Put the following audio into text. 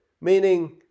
meaning